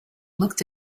looked